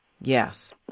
yes